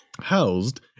housed